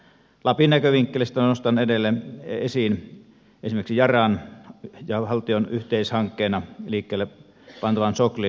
lapin näkövinkkelistä nostan edelleen esiin esimerkiksi yaran ja valtion yhteishankkeena liikkeelle pantavan soklin